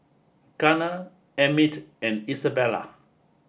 Garner Emmit and Isabela